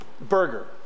Burger